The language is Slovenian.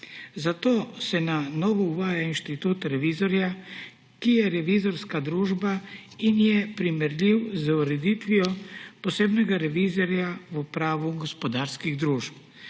Zato se na novo uvaja inštitut revizorja, ki je revizorska družba in je primerljiv z ureditvijo posebnega revizorja v pravu gospodarskih družb.